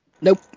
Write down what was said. Nope